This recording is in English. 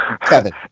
Kevin